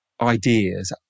ideas